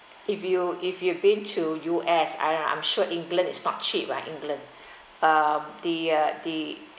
if you if you've been to U_S I I'm sure england is not cheap like england um the uh the